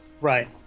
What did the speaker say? right